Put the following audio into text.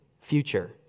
future